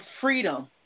freedom